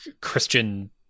Christian